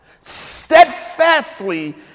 Steadfastly